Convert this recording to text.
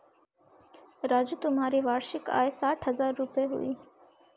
राजू तुम्हारी वार्षिक आय साठ हज़ार रूपय हुई